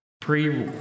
Pre